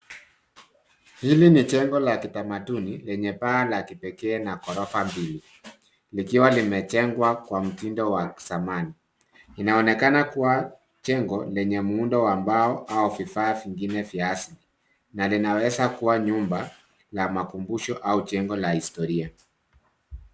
Hili ni jengo la kitamaduni, lenye paa la kipekee na ghorofa mbili. Likiwa limejengwa kwa mtindo wa kizamani. Inaonekana kua jengo lenye muundo wa mbao au vifaa vingine vya asili, na linaweza kuwa nyumba la makumbusho au jengo la historia.